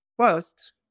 first